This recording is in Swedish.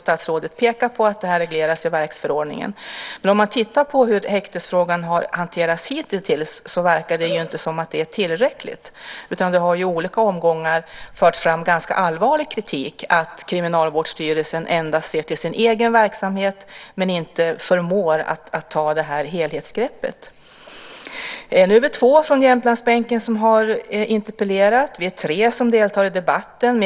Statsrådet har pekat på att det regleras i verksförordningen. Men om man tittar på hur häktesfrågan har hanterats hittills verkar det inte som om det är tillräckligt. I olika omgångar har ganska allvarlig kritik framförts, att Kriminalvårdsstyrelsen endast ser till sin egen verksamhet och inte förmår ta ett helhetsgrepp. Vi är två från Jämtlandsbänken som har interpellerat. Vi är tre som deltar i debatten.